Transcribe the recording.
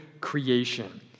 creation